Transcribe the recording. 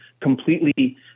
completely